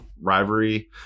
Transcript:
rivalry